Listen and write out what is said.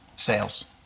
Sales